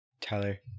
Tyler